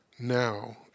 Now